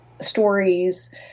stories